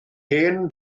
hen